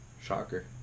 Shocker